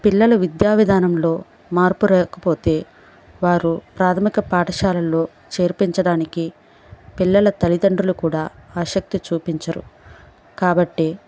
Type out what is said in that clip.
పిల్లలు విద్యా విధానంలో మార్పు రాకపోతే వారు ప్రాథమిక పాఠశాలలో చేర్పించడానికి పిల్లల తల్లిదండ్రులు కూడా ఆసక్తి చూపించరు కాబట్టి